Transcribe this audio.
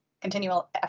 continual